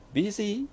busy